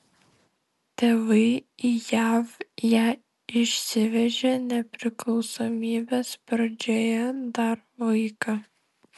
tėvai į jav ją išsivežė nepriklausomybės pradžioje dar vaiką